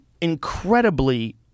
incredibly